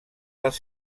les